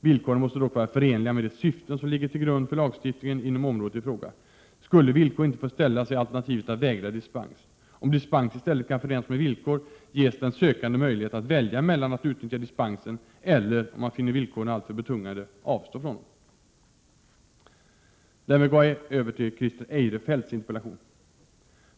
Villkoren måste dock vara förenliga med de syften som ligger till grund för lagstiftningen inom området i fråga. Skulle villkor inte få ställas, är alternativet att vägra dispens. Om dispens i stället kan förenas med villkor, ges den sökande möjlighet att välja mellan att utnyttja dispensen eller, om han finner villkoren alltför betungande, avstå från den. Därmed går jag över till Christer Eirefelts interpellation.